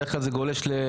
בדרך כלל זה גולש לאוגוסט.